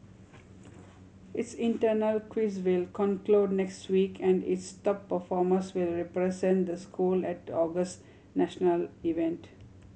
its internal quiz will conclude next week and its top performers will represent the school at August national event